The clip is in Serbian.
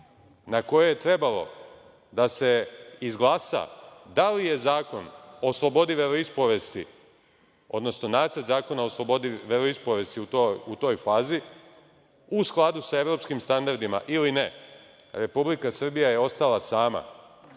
na kojoj je trebalo da se izglasa da li je Zakon o slobodi veroispovesti odnosno Nacrt zakona o slobodi veroispovesti, u toj fazi, u skladu sa evropskim standardima ili ne, Republika Srbija je ostala sama.